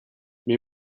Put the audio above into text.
mais